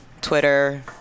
Twitter